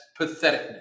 patheticness